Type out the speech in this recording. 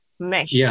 mesh